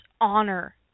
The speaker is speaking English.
honor